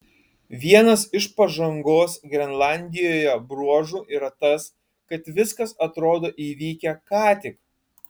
vienas iš pažangos grenlandijoje bruožų yra tas kad viskas atrodo įvykę ką tik